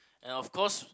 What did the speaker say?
and of course